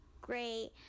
great